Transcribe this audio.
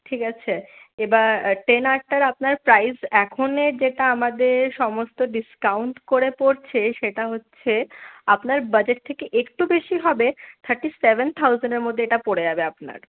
ঠিক আছে এবার টেন আরটার আপনার প্রাইস এখনের যেটা আমাদের সমস্ত ডিসকাউন্ট করে পরছে সেটা হচ্ছে আপনার বাজেট থেকে একটু বেশি হবে থার্টি সেভেন থাউজেন্ডের মধ্যে এটা পরে যাবে আপনার